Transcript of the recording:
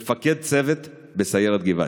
מפקד צוות בסיירת גבעתי.